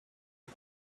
you